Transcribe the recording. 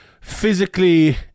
physically